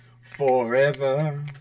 forever